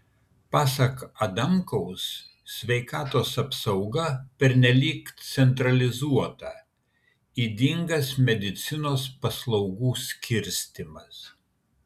pasak adamkaus sveikatos apsauga pernelyg centralizuota ydingas medicinos paslaugų skirstymas